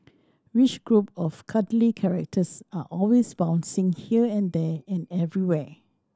which group of cuddly characters are always bouncing here and there and everywhere